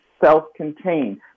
self-contained